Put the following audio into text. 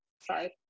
sorry